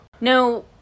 No